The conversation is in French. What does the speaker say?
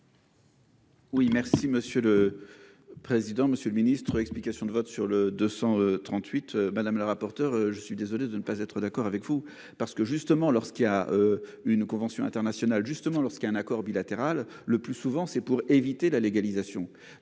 Oui, merci Monsieur le. Président, Monsieur le Ministre. Explications de vote sur le 238. Madame la rapporteur je suis désolée de ne pas être d'accord avec vous parce que, justement lorsqu'il a. Une convention internationale justement lorsqu'il y a un accord bilatéral. Le plus souvent c'est pour éviter la légalisation.